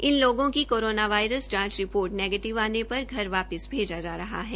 इन लोगों की corona virus जांच रिपोर्ट नेगीटिव आने पर घर वापिस भेजा जा रहा है